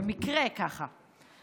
במקרה, ככה.